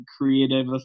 creative